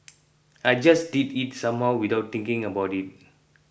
I just did it somehow without thinking about it